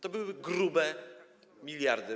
To były grube miliardy.